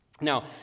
Now